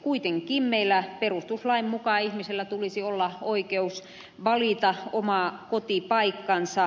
kuitenkin meillä perustuslain mukaan ihmisellä tulisi olla oikeus valita oma kotipaikkansa